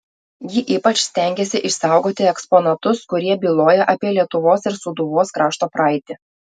ji ypač stengėsi išsaugoti eksponatus kurie byloja apie lietuvos ir sūduvos krašto praeitį